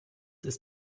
ist